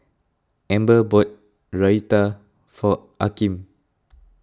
Amber bought Raita for Akeem